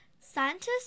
Scientists